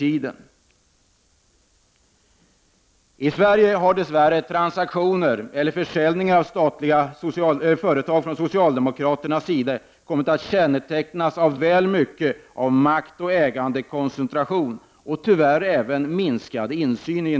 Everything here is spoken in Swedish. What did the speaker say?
I Sverige har dess värre transaktioner med eller försäljningar av statliga företag kommit att från socialdemokraternas sida kännetecknas väl mycket av maktoch ägandekoncentration och i en del fall tyvärr även av minskad insyn.